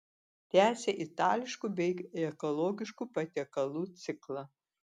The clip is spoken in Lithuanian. tęsia itališkų bei ekologiškų patiekalų ciklą